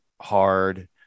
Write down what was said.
hard